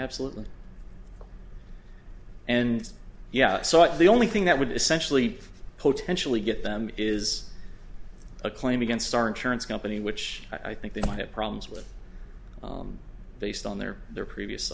absolutely and yeah so the only thing that would essentially potentially get them is a claim against our insurance company which i think they might have problems with based on their their previous